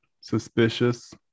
suspicious